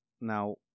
Now